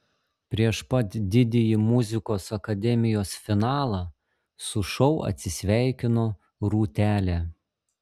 prieš pat didįjį muzikos akademijos finalą su šou atsisveikino rūtelė